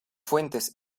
fuentes